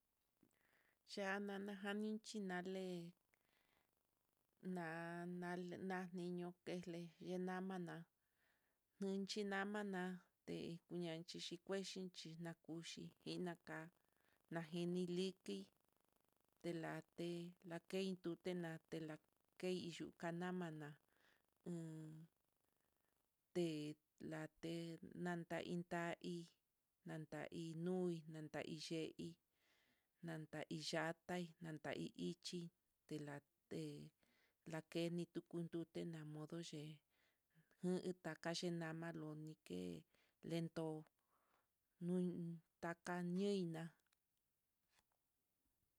Ya'a najaninchi nale na na naniño kexli liñamana nuchi namana, té ñanchi chikuechi chinakuxi ka, na liki telate lakein tute na'a, telakeiyu kanamana hí tei, late lanta itá hí anta hi nuu, kuii na ix nanainyata nata i ichí telate lakeni tukun nduté namodo chí uu utá takaxhi nama lunike lento niun taka ñiona.